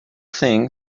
thing